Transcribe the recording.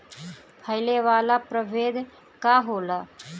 फैले वाला प्रभेद का होला?